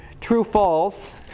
true-false